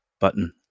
button